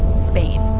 spain